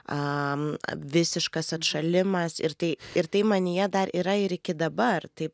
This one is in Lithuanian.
a visiškas atšalimas ir tai ir tai manyje dar yra ir iki dabar taip